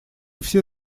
все